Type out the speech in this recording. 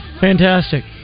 Fantastic